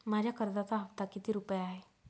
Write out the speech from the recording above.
माझ्या कर्जाचा हफ्ता किती रुपये आहे?